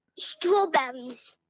strawberries